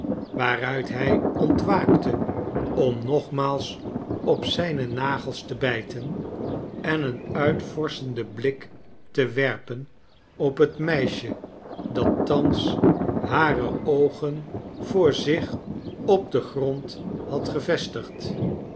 waaruit hij ontwaakte om npgmaals op zijne nagels te bijten en een uitvorschenden blik te werpen op het meisje dat thans hare oogen voor zich op den grond had gevestigd